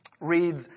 reads